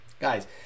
Guys